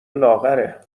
لاغره